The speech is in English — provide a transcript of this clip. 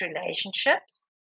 relationships